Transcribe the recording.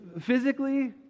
physically